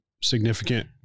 significant